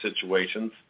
situations